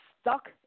stuck